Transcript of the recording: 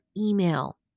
email